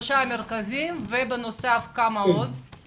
בערך עשרה.